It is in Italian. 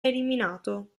eliminato